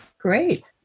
Great